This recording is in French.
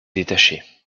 détaché